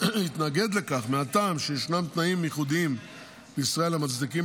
יתנגד לכך מהטעם שישנם תנאים ייחודים בישראל המצדיקים